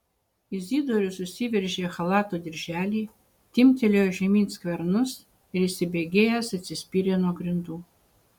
izidorius susiveržė chalato dirželį timptelėjo žemyn skvernus ir įsibėgėjęs atsispyrė nuo grindų